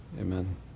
Amen